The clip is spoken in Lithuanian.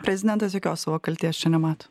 prezidentas jokios savo kaltės čia nemato